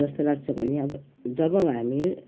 जस्तो लाग्छ भने अब जब हामी